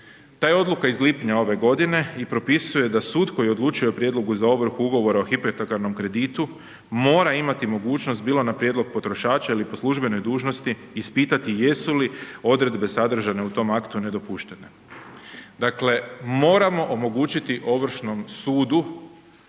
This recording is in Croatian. Ta je odluka iz lipnja ove godine i propisuje da sud koji odlučuje o prijedlogu za ovrhu ugovora o hipotekarnom kreditu mora imati budućnost bilo na prijedlog potrošača ili po službenoj dužnosti ispitati jesu li odredbe sadržane u tom aktu nedopuštene. Dakle moramo omogućiti Ovršnom sudu,